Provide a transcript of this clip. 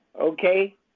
Okay